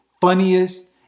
funniest